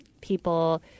people